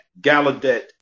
Gallaudet